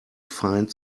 find